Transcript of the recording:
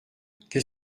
qu’est